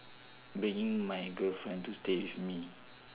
bringing my girlfriend to stay with me